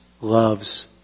loves